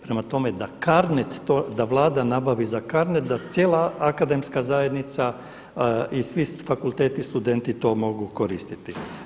Prema tome, da Carnet to, da Vlada nabavi za Carnet da cijela akademska zajednica i svi fakulteti studenti to mogu koristiti.